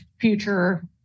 future